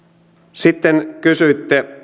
sitten kysyitte